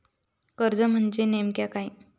कर्ज म्हणजे नेमक्या काय?